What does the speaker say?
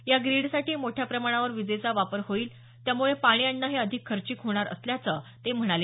या ग्रीडसाठी मोठ्या प्रमाणावर विजेचा वापर होईल त्यामुळे पाणी आणणं हे अधिक खर्चिक होणार असल्याचं ते म्हणाले